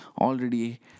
already